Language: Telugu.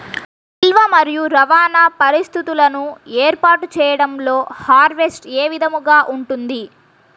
నిల్వ మరియు రవాణా పరిస్థితులను ఏర్పాటు చేయడంలో హార్వెస్ట్ ఏ విధముగా ఉంటుంది?